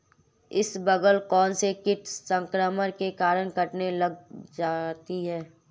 इसबगोल कौनसे कीट संक्रमण के कारण कटने लग जाती है?